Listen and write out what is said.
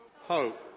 Hope